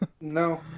no